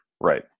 Right